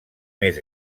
més